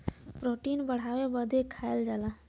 protein बढ़ावे बदे खाएल जाला